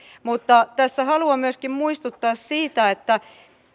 mutta tässä haluan myöskin muistuttaa siitä että